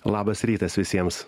labas rytas visiems